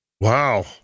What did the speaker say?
wow